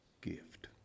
gift